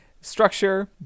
structure